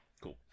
Cool